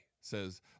says